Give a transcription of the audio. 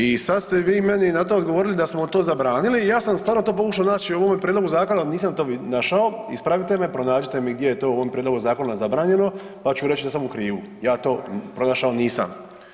I sad ste vi meni na to odgovorili da smo to zabranili, ja sam stvarno to pokušao naći u ovom prijedlogu zakona, ali nisam to našao, ispravite me, pronađite mi gdje je to u ovom prijedlogu zakona zabranjeno, pa ću reći da sam u krivu, ja to pronašao nisam.